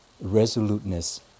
resoluteness